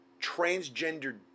transgender